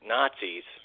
Nazis